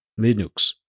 Linux